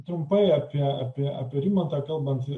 trumpai apie apie apie rimantą kalbant